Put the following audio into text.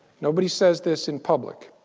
nobody says this in public.